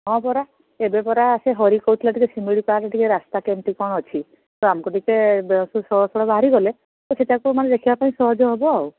ହଁ ପରା ଏବେ ପରା ସେ ହରି କହୁଥିଲା ଟିକେ ଶିମିଳିପାଳରେ ଟିକେ ରାସ୍ତା କେମିତି କ'ଣ ଅଛି ତ ଆମକୁ ଟିକେ ତୁ ସଅଳ ସଅଳ ବାହାରିଗଲେ ତ ସେଇଟାକୁ ଟିକେ ଦେଖିବାପାଇଁ ସହଜ ହେବ ଆଉ